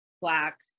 Black